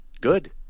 Good